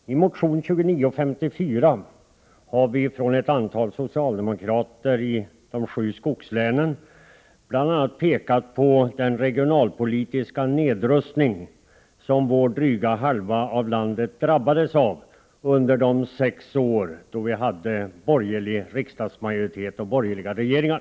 Herr talman! I motion 2954 har ett antal socialdemokrater i de sju skogslänen pekat bl.a. på den regionalpolitiska nedrustning som drygt hälften av landet drabbades av under de sex år vi hade en borgerlig riksdagsmajoritet och borgerliga regeringar.